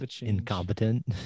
incompetent